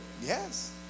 Yes